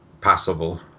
passable